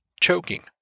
choking